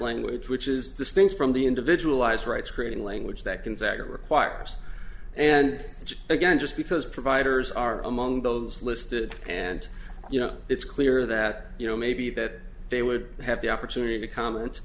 language which is the stink from the individual eyes writes creating language that can zap requires and which again just because providers are among those listed and you know it's clear that you know maybe that they would have the opportunity to comment